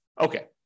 okay